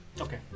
Okay